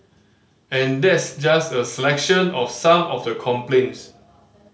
and that's just a selection of some of the complaints